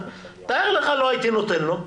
תאר לך, לא הייתי נותן לו?